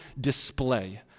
display